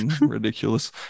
ridiculous